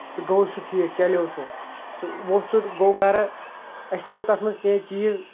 تہٕ گوٚو سُہ ٹھیٖک چَلیو سُہ سُہ ووٚتھ تہٕ گوٚو گَرٕ اَسہِ تھوٚو تَتھ منٛز کیٚںٛہہ چیٖز